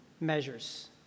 measures